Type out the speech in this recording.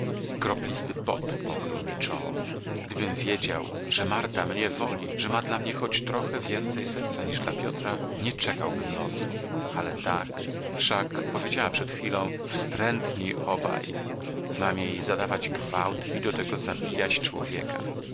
pot pokrył mi czoło gdybym wiedział że marta mnie woli że ma dla mnie choć trochę więcej serca niż dla piotra nie czekałbym losu ale tak wszak powiedziała przed chwilą wstrętni obaj mam jej zadawać gwałt i do tego zabijać człowieka